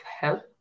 help